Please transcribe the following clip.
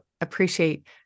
appreciate